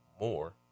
more